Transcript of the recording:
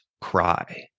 cry